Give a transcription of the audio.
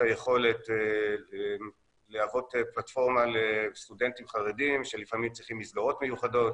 היכולת להוות פלטפורמה לסטודנטים חרדים שלפעמים צריכים מסגרות מיוחדות,